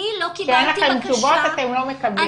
אני לא קיבלתי בקשה --- כשאין לכם תשובות אתם לא מקבלים.